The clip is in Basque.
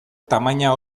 tamaina